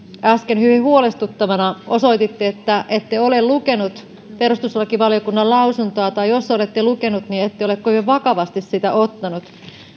äsken hyvin huolestuttavana osoititte että ette ole lukenut perustuslakivaliokunnan lausuntoa tai jos olette lukenut niin ette ole kovin vakavasti sitä ottanut